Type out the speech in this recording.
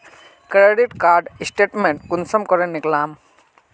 Credit card statement कुंसम करे निकलाम?